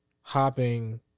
hopping